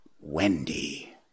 Wendy